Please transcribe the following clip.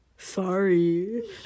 Sorry